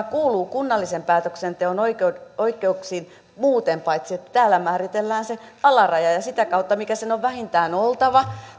kuuluu kunnallisen päätöksenteon oikeuksiin oikeuksiin muuten paitsi että täällä määritellään se alaraja ja sitä kautta se mikä sen on vähintään oltava